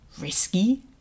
risky